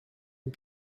and